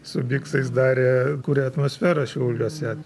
su biksais darė kūrė atmosferą šiauliuose